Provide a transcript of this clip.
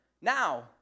now